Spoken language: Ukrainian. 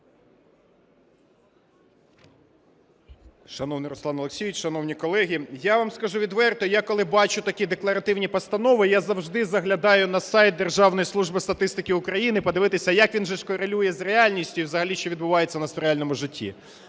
Шановний Руслан Олексійович, шановні колеги! Я вам скажу відверто, я, коли бачу такі декларативні постанови, я завжди заглядаю на сайт Державної служби статистики України подивитися, як він же ж корелює з реальністю і взагалі що відбувається в нас в реальному житті.